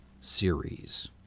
series